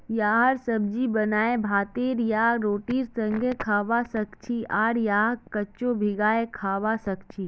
यहार सब्जी बनाए भातेर या रोटीर संगअ खाबा सखछी आर यहाक कच्चो भिंगाई खाबा सखछी